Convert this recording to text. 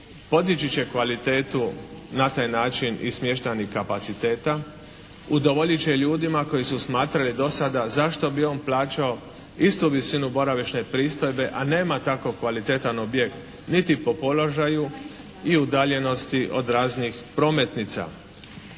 Podići će kvalitetu na taj način i smještajnih kapaciteta, udovoljit će ljudima koje su smatrali do sada zašto bi on plaćao istu visinu boravišne pristojbe, a nema tako kvalitetan objekt niti po položaju i udaljenosti od raznih prometnica.